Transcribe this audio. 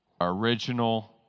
original